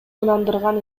ынандырган